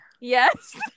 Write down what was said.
Yes